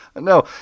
No